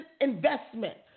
investment